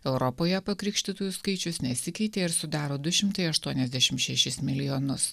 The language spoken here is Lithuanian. europoje pakrikštytųjų skaičius nesikeitė ir sudaro du šimtai aštuoniasdešim šešis milijonus